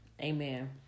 Amen